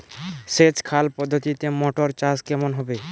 সেচ খাল পদ্ধতিতে মটর চাষ কেমন হবে?